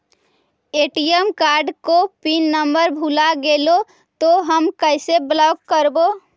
ATM card को pin number भुला गैले तौ हम कैसे ब्लॉक करवै?